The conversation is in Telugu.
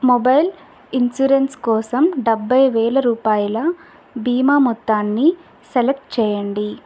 మొబైల్ ఇన్సూరెన్స్ కోసం డెబ్భై వేల రూపాయల బీమా మొత్తాన్నిసెలెక్ట్ చేయండి